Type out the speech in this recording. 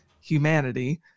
humanity